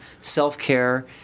Self-care